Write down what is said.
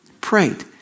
Prayed